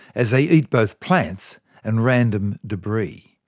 as they eat both plants and random debris.